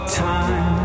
time